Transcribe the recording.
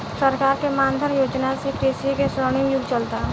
सरकार के मान धन योजना से कृषि के स्वर्णिम युग चलता